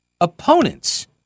opponents